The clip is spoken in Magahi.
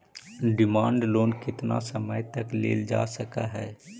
डिमांड लोन केतना समय तक लेल जा सकऽ हई